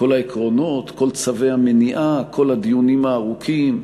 כל העקרונות, כל צווי המניעה, כל הדיונים הארוכים,